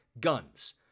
Guns